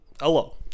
Hello